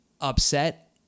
upset